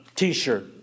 t-shirt